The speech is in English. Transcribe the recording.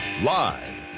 Live